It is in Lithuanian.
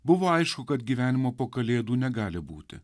buvo aišku kad gyvenimo po kalėdų negali būti